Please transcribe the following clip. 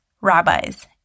rabbis